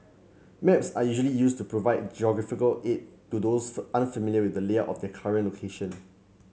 maps are usually used to provide geographical aid to those unfamiliar with the layout of their current location